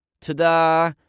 Ta-da